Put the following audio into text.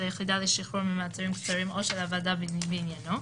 היחידה לשחרור ממאסרים קצרים או של הוועדה בעניינו,